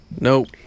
Nope